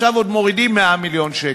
עכשיו עוד מורידים 100 מיליון שקלים,